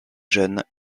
jeune